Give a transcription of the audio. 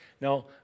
Now